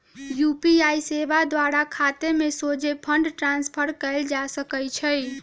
UPI सेवा द्वारा खतामें सोझे फंड ट्रांसफर कएल जा सकइ छै